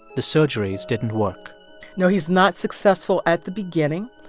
the surgeries didn't work no, he's not successful at the beginning.